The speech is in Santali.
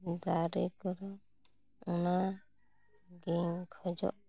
ᱫᱟᱨᱮ ᱠᱚᱨᱮ ᱚᱱᱟ ᱜᱤᱧ ᱠᱷᱚᱡᱚᱜ